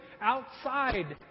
outside